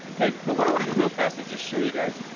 kay, but what i wanna do real fast is just show you guys,